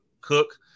cook